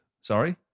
sorry